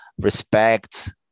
respect